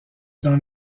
dans